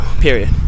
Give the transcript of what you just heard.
period